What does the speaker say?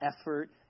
effort